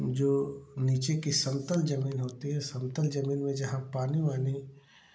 जो नीचे की समतल जमीन होती है समतल जमीन में जहाँ पानी वानी